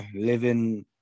living